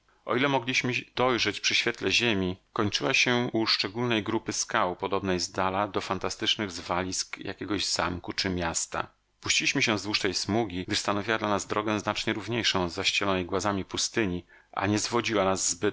o ile mogliśmy dojrzeć przy świetle ziemi kończyła się u szczególnej grupy skał podobnej zdala do fantastycznych zwalisk jakiegoś zamku czy miasta puściliśmy się wzdłuż tej smugi gdyż stanowiła dla nas drogę znacznie równiejszą od zaścielonej głazami pustyni a nie zwodziła nas zbyt